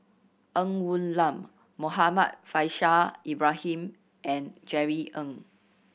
Ng Woon Lam Muhammad Faishal Ibrahim and Jerry Ng